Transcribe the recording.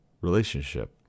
relationship